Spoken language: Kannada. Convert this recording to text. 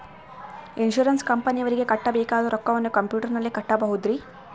ಇನ್ಸೂರೆನ್ಸ್ ಕಂಪನಿಯವರಿಗೆ ಕಟ್ಟಬೇಕಾದ ರೊಕ್ಕವನ್ನು ಕಂಪ್ಯೂಟರನಲ್ಲಿ ಕಟ್ಟಬಹುದ್ರಿ?